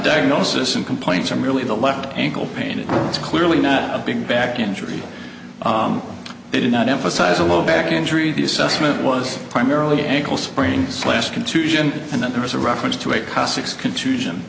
diagnosis and complaints from really the left ankle pain it is clearly not a big back injury they did not emphasize a lower back injury the assessment was primarily ankle sprains last contusion and then there is a reference to a co